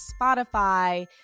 Spotify